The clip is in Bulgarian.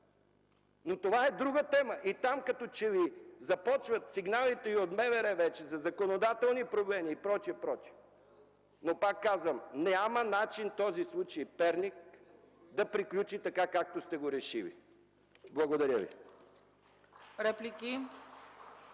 но това е друга тема. Там като че ли започват сигналите и от МВР за законодателни промени, и прочие, и прочие. Но пак казвам, няма начин случаят в Перник да приключи така, както сте го решили. Благодаря.